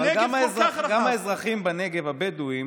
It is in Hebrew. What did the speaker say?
אבל גם האזרחים בנגב, הבדואים,